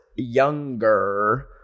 younger